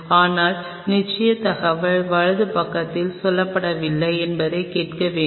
ஆனால் நிச்சயமாக தகவல் வலது பக்கத்தில் சொல்லப்படவில்லை என்பதை கேட்க வேண்டும்